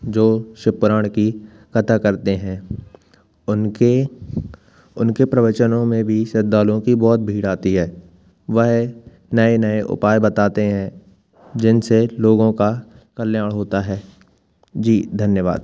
जो शिव पुराण की कथा करते हैं उनके उनके प्रवचनों में भी श्रद्धालुओं की बहुत भीड़ आती है वह नए नए उपाय बताते हैं जिन से लोगों का कल्याण होता है जी धन्यवाद